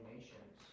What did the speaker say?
Nations